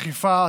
אכיפה),